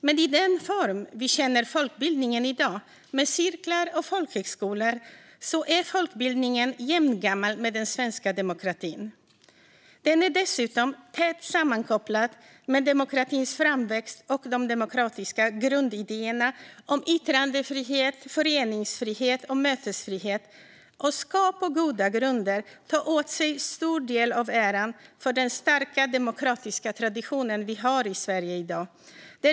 Men i den form vi känner folkbildningen i dag, med cirklar och folkhögskolor, är folkbildningen jämngammal med den svenska demokratin. Den är dessutom tätt sammankopplad med demokratins framväxt och de demokratiska grundidéerna om yttrandefrihet, föreningsfrihet och mötesfrihet. Och den ska på goda grunder ta åt sig stor del av äran för den starka demokratiska tradition vi har i Sverige i dag.